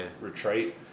retreat